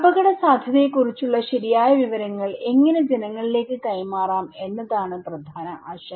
അപകടസാധ്യതയെക്കുറിച്ചുള്ള ശരിയായ വിവരങ്ങൾ എങ്ങനെ ജനങ്ങളിലേക്ക് കൈമാറാം എന്നതാണ് പ്രധാന ആശങ്ക